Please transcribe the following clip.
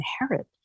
inherit